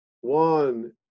One